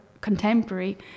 contemporary